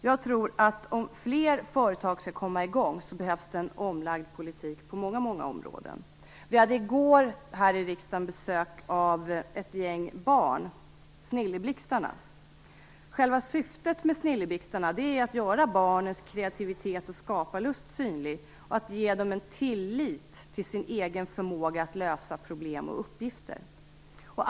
Jag tror att det behövs en omlagd politik på många områden om fler företag skall komma igång. I går hade vi besök av ett gäng barn här i riksdagen, Snilleblixtarna. Syftet med Snilleblixtarna är att göra barns kreativitet och skaparlust synlig och att ge dem en tillit till sin egen förmåga att lösa problem och uppgifter.